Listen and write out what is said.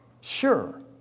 Sure